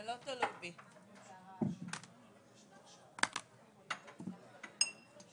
אין לנו בקרה או פיקוח במידה וההתליה